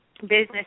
business